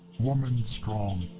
woman strong.